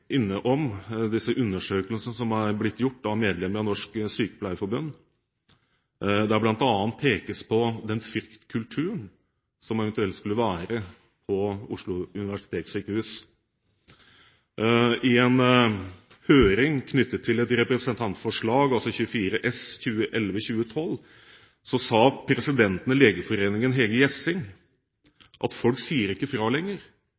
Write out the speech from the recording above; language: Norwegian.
undersøkelsene som har blitt gjort av medlemmer av Norsk Sykepleierforbund: Der pekes det bl.a. på den fryktkulturen som eventuelt skulle finnes på Oslo universitetssykehus. I en høring knyttet til et representantforslag, 24 S for 2011–2012, sa presidenten i Legeforeningen, Hege Gjessing, at folk ikke sier fra lenger.